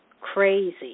crazy